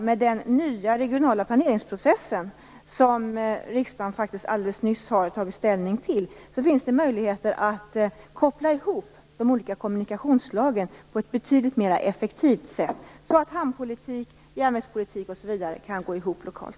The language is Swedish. Med den nya regionala planeringsprocessen, som riksdagen alldeles nyss har tagit ställning till, finns det dessutom möjligheter att koppla ihop de olika kommunkationsslagen på ett betydligt mer effektivt sätt. På så sätt kan hamnpolitik, järnvägspolitik osv. gå ihop lokalt.